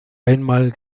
einmal